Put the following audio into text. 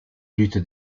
lutte